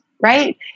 right